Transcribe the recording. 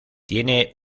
tiene